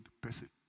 person